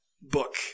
book